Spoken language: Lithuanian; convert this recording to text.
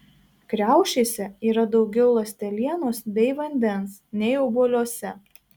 kriaušėse yra daugiau ląstelienos bei vandens nei obuoliuose